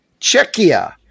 Czechia